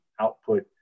output